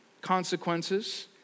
consequences